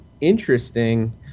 interesting